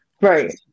Right